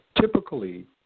Typically